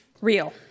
Real